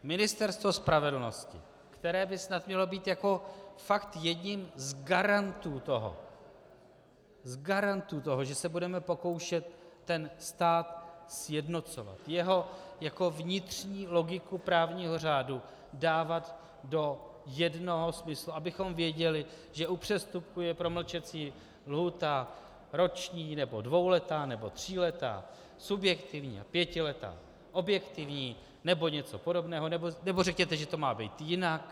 Ministerstvo spravedlnosti, které by snad mělo být jako fakt jedním z garantů toho, z garantů toho, že se budeme pokoušet ten stát sjednocovat, jeho jako vnitřní logiku právního řádu dávat do jednoho smyslu, abychom věděli, že u přestupku je promlčecí lhůta roční, nebo dvouletá, nebo tříletá, subjektivní a pětiletá, objektivní, nebo něco podobného, nebo řekněte, že to má být jinak.